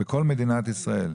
בכל מדינת ישראל.